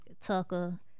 Tucker